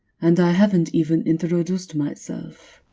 and i haven't even introduced myself.